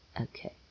Okay